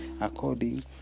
according